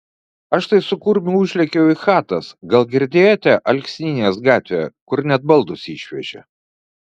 aš tai su kurmiu užlėkiau į chatas gal girdėjote alksnynės gatvėje kur net baldus išvežė